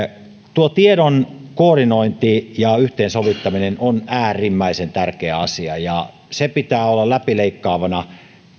tuo tiedon koordinointi ja yhteensovittaminen on äärimmäisen tärkeä asia ja sen pitää olla läpileikkaavana